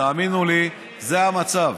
תאמינו לי, זה המצב,